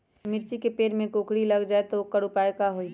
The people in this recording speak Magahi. मिर्ची के पेड़ में कोकरी लग जाये त वोकर उपाय का होई?